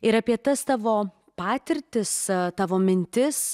ir apie tas tavo patirtis tavo mintis